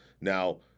Now